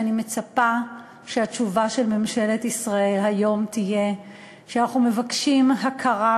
שאני מצפה שהתשובה של ממשלת ישראל היום תהיה שאנחנו מבקשים הכרה,